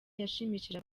yashimishije